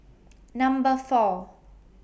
Number four